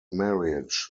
marriage